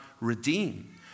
redeem